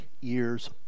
years